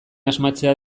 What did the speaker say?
asmatzea